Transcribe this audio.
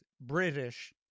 British